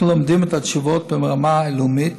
אנחנו לומדים את התשובות ברמה הלאומית,